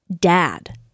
dad